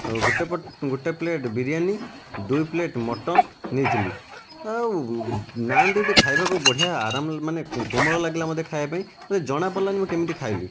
ଆଉ ଗୋଟେପଟ ଗୋଟେ ପ୍ଲେଟ୍ ବିରିୟାନୀ ଦୁଇ ପ୍ଲେଟ୍ ମଟନ୍ ନେଇଥିଲି ଆଉ ନାନ୍ ଦୁଇଟି ଖାଇବାକୁ ବଢ଼ିଆ ଆରାମ ମାନେ କୋମଳ ଲାଗିଲା ମୋତେ ଖାଇବା ପାଇଁ ଜଣା ପଡ଼ିଲାନି ମୁଁ କେମିତି ଖାଇଲି